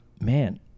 man